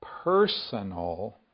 personal